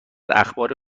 اخبار